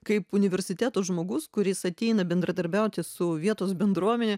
kaip universiteto žmogus kuris ateina bendradarbiauti su vietos bendruomene